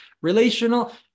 relational